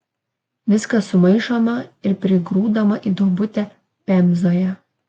viskas sumaišoma ir prigrūdama į duobutę pemzoje